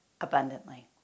abundantly